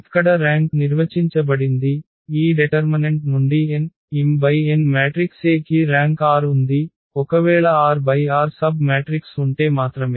ఇక్కడ ర్యాంక్ నిర్వచించబడింది ఈ డెటర్మనెంట్ నుండి n m × n matrix A కి ర్యాంక్ r ఉంది ఒకవేళ r × r సబ్ మ్యాట్రిక్స్ ఉంటే మాత్రమే